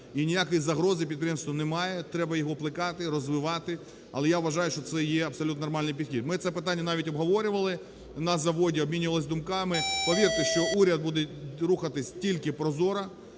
І ніякої загрози підприємству немає, треба його плекати, розвивати. Але я вважаю, що це є абсолютно нормальний підхід. Ми це питання навіть обговорювали на заводі, обмінювались думками. Повірте, що уряд буде рухатись тільки прозоро,